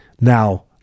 now